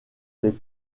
les